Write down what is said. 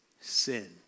sin